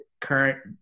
current